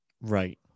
Right